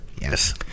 Yes